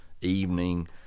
evening